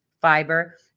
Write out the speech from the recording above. fiber